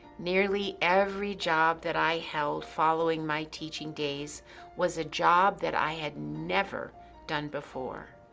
nearly every job that i held following my teaching days was a job that i had never done before.